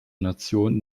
nation